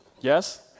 Yes